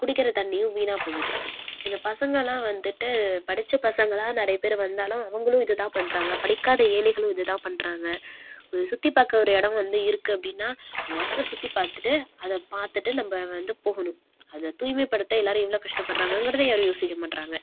குடிக்கிற தண்ணியும் வீணாக போகுது இந்த பசங்களாம் வந்துட்டு படித்த பசங்களாம் நிறைய பேர் வந்தாலும் அவங்களும் இதுதான் பண்றாங்க படிக்காத ஏழைகளும் இதைத்தான் பண்றாங்க ஒரு சுற்றி பார்க்க ஒரு இடம் வந்து இருக்குது அப்படினா அந்த இடத்த சுற்றி பார்த்துட்டு அதை பார்த்துட்டு நம்ம வந்து போகணும் அதை தூய்மைப்படுத்த எல்லோரும் எவ்வளோ கஷ்டப்படுறாங்கங்கறதை யாரும் யோசிக்க மாட்டேறாங்க